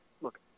Look